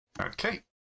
okay